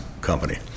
company